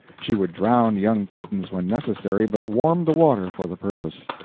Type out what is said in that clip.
she would drown young kittens when necessary, but warmed the water for the purpose.